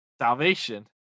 salvation